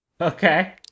Okay